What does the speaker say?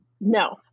no